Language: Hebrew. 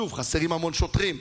שוב, חסרים המון שוטרים,